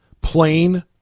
Plain